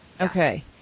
Okay